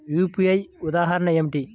UPI ఉదాహరణ ఏమిటి?